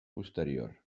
posterior